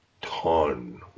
ton